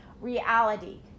reality